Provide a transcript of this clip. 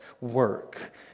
work